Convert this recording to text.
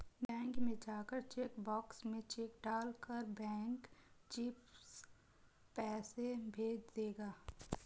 bank में जाकर cheque box में चेक डाल कर बैंक चिप्स पैसे भेज देगा